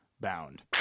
bound